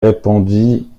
répondit